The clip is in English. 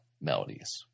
melodies